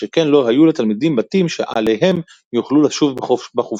שכן לא היו לתלמידים בתים שאליהם יוכלו לשוב בחופשות.